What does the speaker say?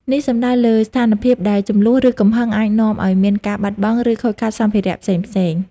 នេះសំដៅលើស្ថានភាពដែលជម្លោះ ឬកំហឹងអាចនាំឲ្យមានការបាត់បង់ ឬខូចខាតសម្ភារៈផ្សេងៗ។